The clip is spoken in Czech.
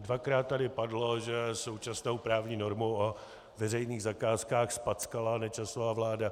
Dvakrát tady padlo, že současnou právní normu o veřejných zakázkách zpackala Nečasova vláda.